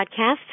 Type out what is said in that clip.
podcast